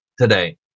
today